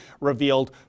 revealed